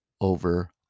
over